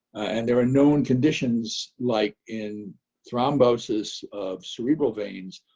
and there are known conditions, like in thrombosis of cerebral veins,